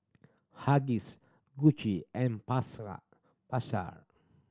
Huggies Gucci and Pasar